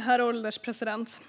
Herr ålderspresident!